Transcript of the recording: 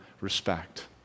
respect